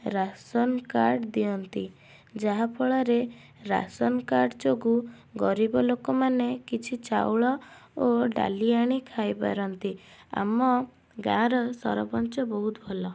ration card ଦିଅନ୍ତି ଯାହାଫଳରେ ration card ଯୋଗୁଁ ଗରିବ ଲୋକମାନେ କିଛି ଚାଉଳ ଓ ଡାଲି ଆଣି ଖାଇପାରନ୍ତି ଆମ ଗାଁର ସରପଞ୍ଚ ବହୁତ ଭଲ